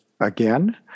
again